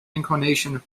incarnation